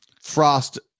Frost